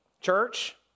church